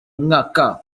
mwaka